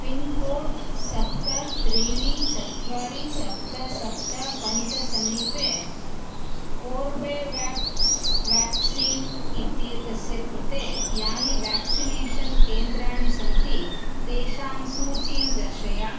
pincode सप्त त्रीणि चत्वारि सप्त सप्त पञ्च समीपे कोर्बेवेक्स् वेक्सीन् इत्येतस्य कृते यानि वेक्सिनेषन् केन्द्राणि सन्ति तेषाम् सूचीं दर्शय